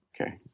Okay